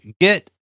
Get